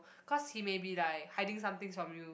cause he may be like hiding some things from you